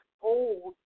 old